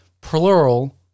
plural